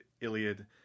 iliad